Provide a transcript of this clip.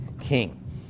king